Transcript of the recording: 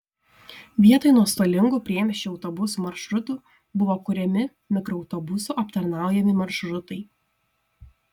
vietoj nuostolingų priemiesčio autobusų maršrutų buvo kuriami mikroautobusų aptarnaujami maršrutai